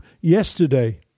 Yesterday